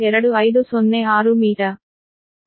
2506 meter